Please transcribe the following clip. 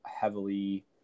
heavily